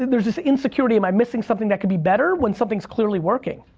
and there's this insecurity, am i missing something that could be better? when something's clearly working.